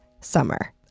summer